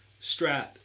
strat